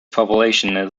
population